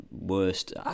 worst